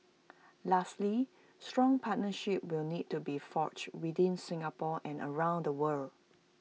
lastly strong partnerships will need to be forged within Singapore and around the world